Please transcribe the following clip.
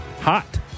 hot